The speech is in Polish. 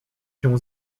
się